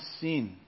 sin